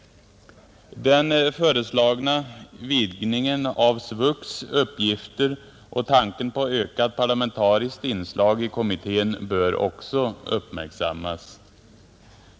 Den föreslagna vidgningen av SVUX:s uppgifter och tanken på ökat parlamentariskt inslag i kommittén bör också uppmärksammas.